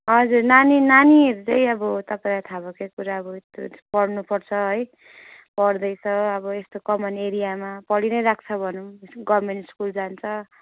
हजुर नानी नानी हेर्दै अब तपाईँलाई थाहा भएकै कुरा अब त्यो पढ्नुपर्छ है पढ्दैछ अब यस्तो कमान एरियामा पढी नै रहेको छ भनौँ गभर्मेन्ट स्कुल जान्छ